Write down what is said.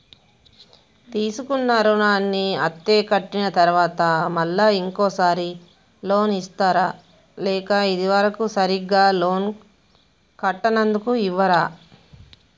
తీసుకున్న రుణాన్ని అత్తే కట్టిన తరువాత మళ్ళా ఇంకో సారి లోన్ ఇస్తారా లేక ఇది వరకు సరిగ్గా లోన్ కట్టనందుకు ఇవ్వరా?